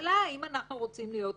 והשאלה היא, האם אנחנו רוצים להיות כמוהם,